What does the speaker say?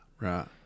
right